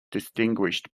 distinguished